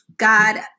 God